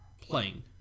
playing